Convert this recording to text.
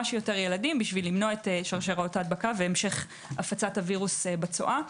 שיותר ילדים כדי למנוע את שרשראות ההדבקה והמשך הפצת הווירוס בצואה.